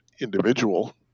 individual